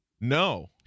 No